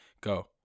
Go